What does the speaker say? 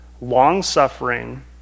long-suffering